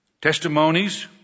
testimonies